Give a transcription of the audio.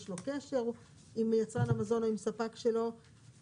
יש לו קשר עם יצרן המזון או עם ספק והוא